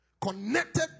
Connected